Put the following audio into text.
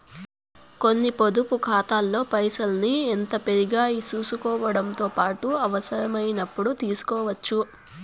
కొన్ని పొదుపు కాతాల్లో పైసల్ని ఎంత పెరిగాయో సూసుకోవడముతో పాటు అవసరమైనపుడు తీస్కోవచ్చు